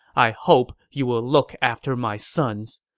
i hope you will look after my sons.